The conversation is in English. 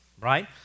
right